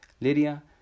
Lydia